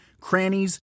crannies